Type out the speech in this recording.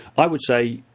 i would say,